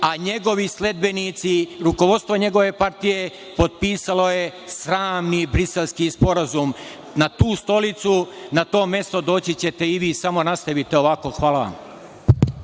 a njegovi sledbenici, rukovodstvo njegove partije potpisalo je sramni Briselski sporazum. Na tu stolicu, na to mesto doći ćete i vi, samo nastavite ovako. Hvala vam.